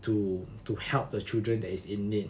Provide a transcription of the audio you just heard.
to to help the children that is in need